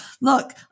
look